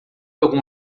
algum